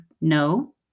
no